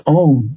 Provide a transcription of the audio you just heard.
own